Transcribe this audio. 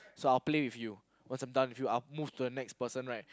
so I will play with you once I'm done with you I will move to the next person right